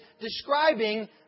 describing